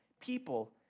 people